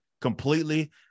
completely